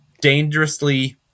Dangerously